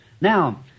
Now